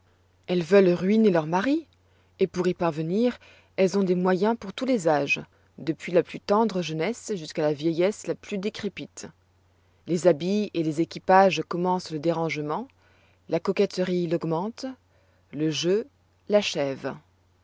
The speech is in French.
elles veulent ruiner leurs maris et pour y parvenir elles ont des moyens pour tous les âges depuis la plus tendre jeunesse jusque'à la vieillesse la plus décrépite les habits et les équipages commencent le dérangement la coquetterie l'augmente le jeu l'achève